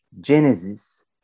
Genesis